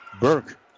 Burke